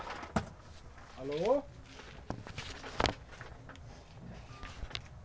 आज भी साठ प्रतिशत से अधिक कार्यबल कृषि में लगा हुआ है